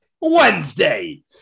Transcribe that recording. Wednesday